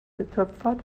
getöpfert